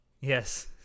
yes